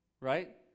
right